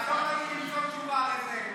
תעזור למצוא תשובה לזה.